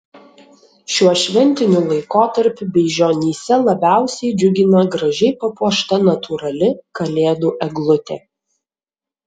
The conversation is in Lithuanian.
šiuo šventiniu laikotarpiu beižionyse labiausiai džiugina gražiai papuošta natūrali kalėdų eglutė